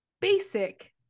basic